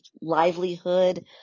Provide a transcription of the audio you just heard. livelihood